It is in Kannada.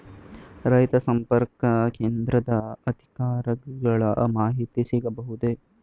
ರೈತ ಸಂಪರ್ಕ ಕೇಂದ್ರದ ಅಧಿಕಾರಿಗಳ ಮಾಹಿತಿ ಸಿಗಬಹುದೇ?